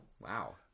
Wow